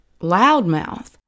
loudmouth